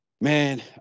Man